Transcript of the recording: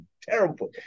Terrible